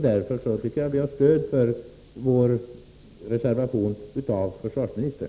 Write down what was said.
Därför tycker jag att vi har stöd för vår reservation hos försvarsministern.